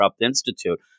Institute